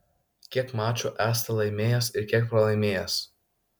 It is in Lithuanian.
kiek mačų esate laimėjęs ir kiek pralaimėjęs